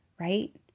right